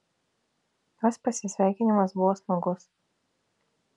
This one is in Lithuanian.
jos pasisveikinimas buvo smagus